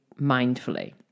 mindfully